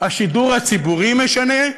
השידור הציבורי משנה,